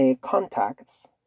contacts